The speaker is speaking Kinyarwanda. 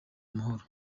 amahoro